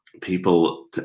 people